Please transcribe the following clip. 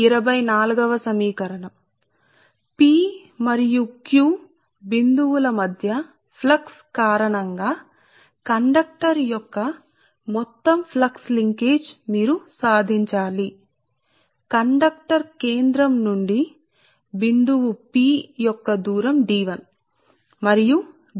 కాబట్టి ఇది సమీకరణం 24 కాబట్టి p మరియు q బిందువుల మధ్య ఫ్లక్స్ కారణంగా మీరు పొందవలసిన కండక్టర్ యొక్క మొత్తం ఫ్లక్స్ లింకేజ్ కాబట్టి కండక్టర్ కేంద్రం నుండి బిందువు p యొక్క దూరం D 1 మరియు బిందువు q దూరం D 2